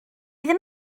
ddim